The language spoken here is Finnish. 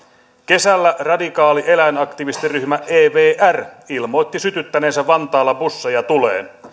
kesällä radikaali eläinaktivistiryhmä evr ilmoitti sytyttäneensä vantaalla busseja tuleen